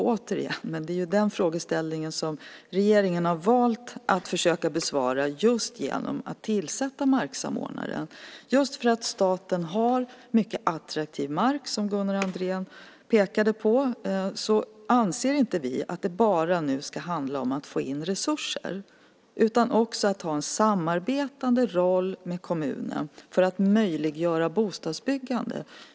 Men det är den frågeställningen som regeringen har valt att försöka besvara just genom att tillsätta marksamordnaren. Just för att staten har mycket attraktiv mark, som Gunnar Andrén pekade på, anser inte vi att det nu bara ska handla om att få in resurser. Staten ska också ha en samarbetande roll med kommunerna för att möjliggöra bostadsbyggande.